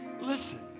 listen